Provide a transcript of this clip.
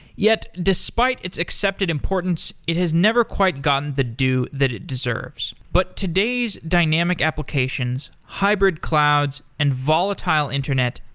yet, despite its accepted importance, it has never quite gotten the due that it deserves. but today's dynamic applications, hybrid clouds and volatile internet,